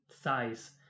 size